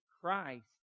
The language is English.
Christ